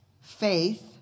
faith